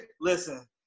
Listen